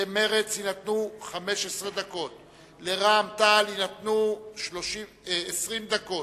למרצ יינתנו 15 דקות, לרע"ם-תע"ל יינתנו 20 דקות,